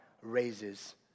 raises